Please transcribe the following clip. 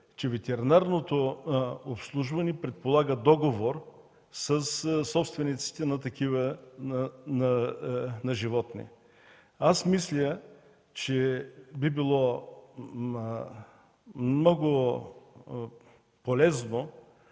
че ветеринарното обслужване предполага договор със собствениците на животни. Аз мисля, че би било много полезно